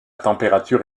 température